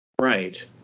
Right